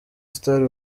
star